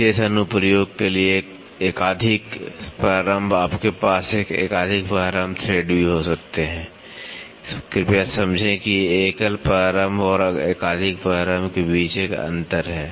विशेष अनुप्रयोग के लिए एकाधिक प्रारंभ आपके पास एकाधिक प्रारंभ थ्रेड भी हो सकते हैं कृपया समझें कि एकल प्रारंभ और एकाधिक प्रारंभ के बीच एक अंतर है